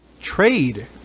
trade